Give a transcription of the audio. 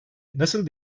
nasıl